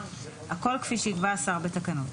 הכול כפי שיקבע השר בתקנות.